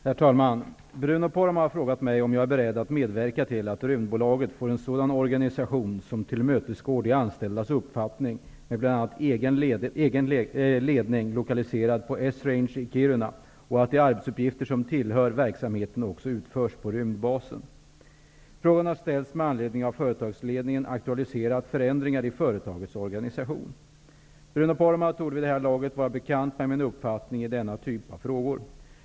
Herr talman! Bruno Poromaa har frågat mig om jag är beredd att medverka till att Rymdbolaget får en sådan organisation som tillmötesgår de anställdas uppfattning med bl.a. egen ledning lokaliserad på Esrange i Kiruna och att de arbetsuppgifter som tillhör verksamheten också utförs på rymdbasen. Frågan har ställts med anledning av att företagsledningen aktualiserat förändringar i företagets organisation. Bruno Poromaa torde vid det här laget vara bekant med min uppfattning i denna typ av frågor.